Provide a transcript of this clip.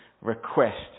request